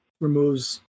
removes